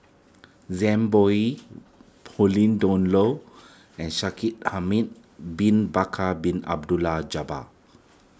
Zhang Bohe Pauline Dawn Loh and Shaikh Bin Bakar Bin Abdullah Jabbar